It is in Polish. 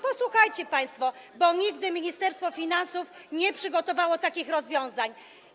Posłuchajcie państwo, bo nigdy Ministerstwo Finansów nie przygotowało takich rozwiązań.